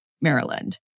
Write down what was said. Maryland